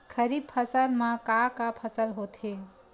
खरीफ फसल मा का का फसल होथे?